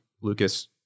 Lucas